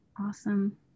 awesome